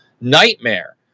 nightmare